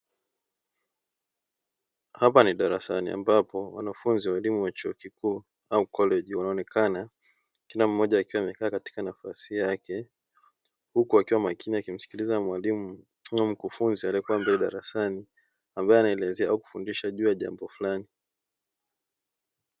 Hapa ni darasani ambapo wanafunzi wa chuo kikuu au koleji wanaonekana kila mmoja akiwa amekaa katika nafasi yake, huku akiwa makini akimsikiliza mwalimu ama mkufunzi aliyekua mbele darasani, ambae anaelezea au kufundisha jambo fulani.